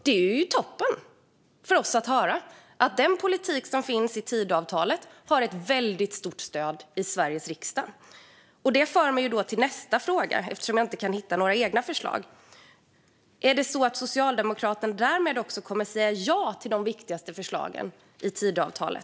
Det är ju toppen för oss att höra att den politik som finns i Tidöavtalet har ett väldigt stort stöd i Sveriges riksdag, vilket för mig till nästa fråga. Jag kan alltså inte hitta några förslag som är Socialdemokraternas egna. Är det därmed så att Socialdemokraterna kommer att säga ja till de viktigaste förslagen i Tidöavtalet?